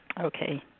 Okay